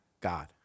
God